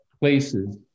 places